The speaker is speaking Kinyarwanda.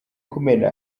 kumena